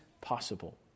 possible